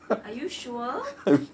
are you sure